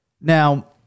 now